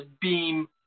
beam